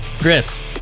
Chris